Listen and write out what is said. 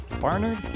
Barnard